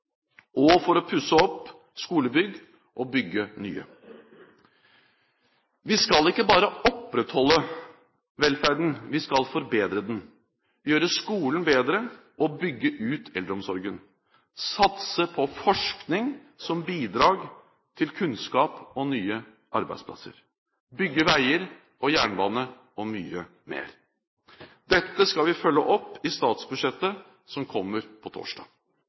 og for å pusse opp skolebygg og bygge nye. Vi skal ikke bare opprettholde velferden, vi skal forbedre den. Vi skal gjøre skolen bedre og bygge ut eldreomsorgen. Vi skal satse på forskning som bidrag til kunnskap og nye arbeidsplasser. Vi skal bygge veier og jernbane og mye mer. Dette skal vi følge opp i statsbudsjettet som kommer på torsdag.